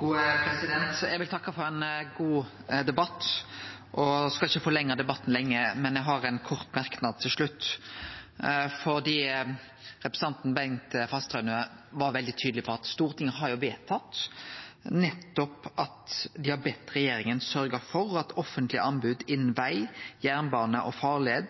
Eg vil takke for ein god debatt, og eg skal ikkje forlengje debatten, men eg har ein kort merknad til slutt. Representanten Bengt Fasteraune var veldig tydeleg på at Stortinget har vedtatt å be regjeringa sørgje for at offentlege anbod innan veg, jernbane og farlei